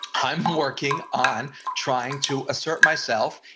i'm working on trying to assert myself,